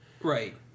Right